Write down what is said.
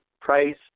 price